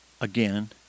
again